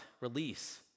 release